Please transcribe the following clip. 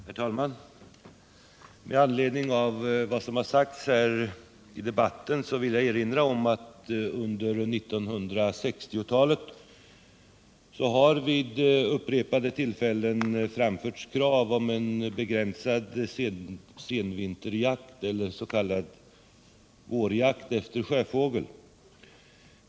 Herr talman! Med anledning av vad som har sagts här i debatten vill jag erinra om att under 1960-talet har vid upprepade tillfällen framförts krav på en begränsad senvinterjakt, eller s.k. vårjakt, efter sjöfågel.